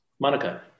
Monica